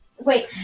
Wait